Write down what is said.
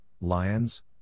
lions